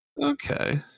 Okay